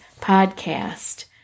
podcast